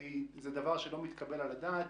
זה דבר שלא מתקבל על הדעת.